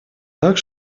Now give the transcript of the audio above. так